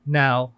now